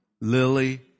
Lily